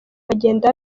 bagenda